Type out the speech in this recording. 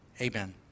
amen